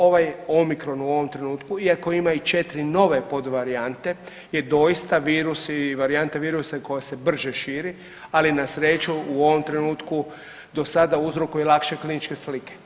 Ovaj omicron u ovom trenutku iako ima i 4 nove podvarijante je doista virus i varijanta virusa koja se brže širi ali na sreću u ovom trenutku do sada uzrokuje lakše kliničke slike.